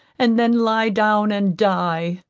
and then lie down and die.